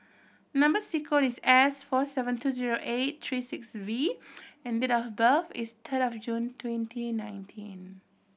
number sequence is S four seven two zero eight three six V and date of birth is of June twenty nineteen